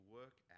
work